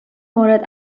مورد